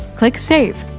click save.